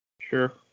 Sure